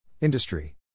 Industry